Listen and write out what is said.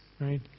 right